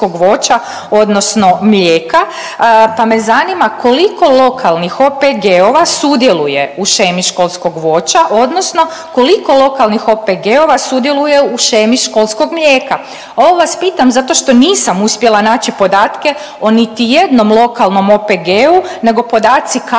odnosno mlijeka, pa me zanima koliko lokalnih OPG-ova sudjeluje u shemi školskog voća, odnosno koliko lokalnih OPG-ova sudjeluje u shemi školskog mlijeka. Ovo vas pitam zato što nisam uspjela naći podatke o niti jednom lokalnom OPG-u, nego podaci kazuju